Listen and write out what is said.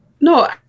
No